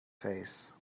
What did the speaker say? face